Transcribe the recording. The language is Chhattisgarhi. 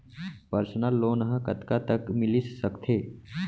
पर्सनल लोन ह कतका तक मिलिस सकथे?